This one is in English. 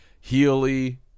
Healy